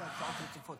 הבעיה,